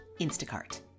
Instacart